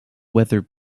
weather